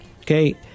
okay